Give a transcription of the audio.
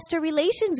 relations